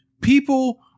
people